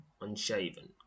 unshaven